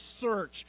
search